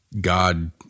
God